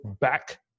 back